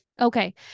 okay